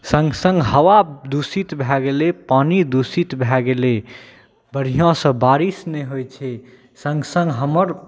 सङ्ग सङ्ग हवा दूषित भऽ गेलै पानी दूषित भऽ गेलै बढ़िआँसँ बारिश नहि होइ छै सङ्ग सङ्ग हमर